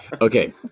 Okay